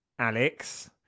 Alex